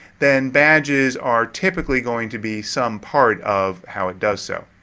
then badges are typically going to be some part of how it does so.